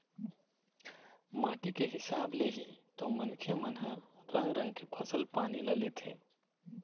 माटी के हिसाब ले ही तो मनखे मन ह रंग रंग के फसल पानी ल लेथे